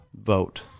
vote